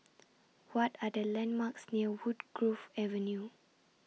What Are The landmarks near Woodgrove Avenue